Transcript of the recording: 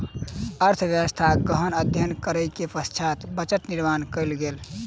अर्थव्यवस्थाक गहन अध्ययन करै के पश्चात बजट निर्माण कयल गेल